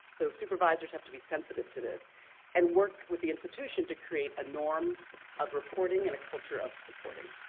so supervisors have to be sensitive to this and work with the institution to create a norm of reporting and a culture of supporting.